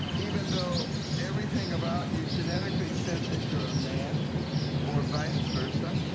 even though everything about you genetically says that you're a man or vice versa.